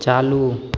चालू